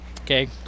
Okay